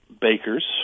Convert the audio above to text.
bakers